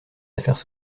affaires